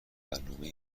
برنامه